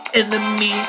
enemy